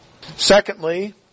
Secondly